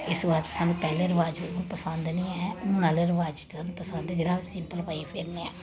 इस्स वास्ते सानूं पैहले रवाज पसंद निं है हून आह्ले रवाज सानूं पसंद जेह्ड़ा सिम्पल पाइयै फिरने आं